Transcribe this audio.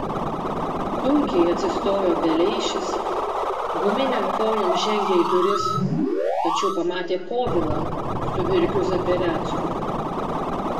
sunkiai atsistojo beleišis guminėm kojom žengė į duris tačiau pamatė povilą su virgiu zaperecku